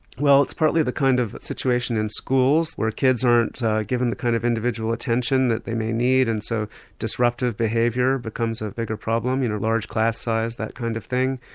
well it's partly the kind of situation in schools where kids aren't given the kind of individual attention that they may need and so disruptive behaviour becomes a bigger problem. you know, large class size, that kind of thing.